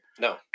No